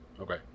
Okay